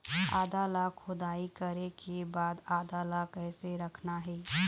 आदा ला खोदाई करे के बाद आदा ला कैसे रखना हे?